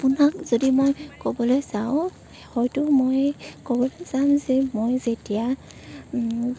আপুনাক যদি মই ক'বলৈ যাওঁ হয়তো মই ক'বলৈ যাম যে মই যেতিয়া